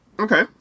Okay